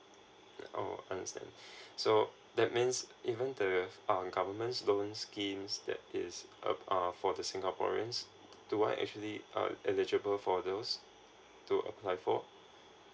oh understand so that means even the uh government loan schemes that is uh uh for the singaporeans do I actually uh eligible for those to apply for